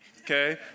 okay